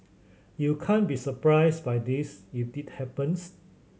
you can't be surprised by this if it happens